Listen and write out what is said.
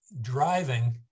driving